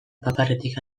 paparretik